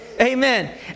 Amen